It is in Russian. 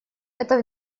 это